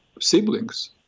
siblings